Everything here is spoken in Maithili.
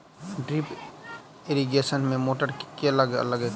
ड्रिप इरिगेशन मे मोटर केँ लागतै?